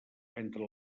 entre